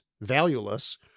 valueless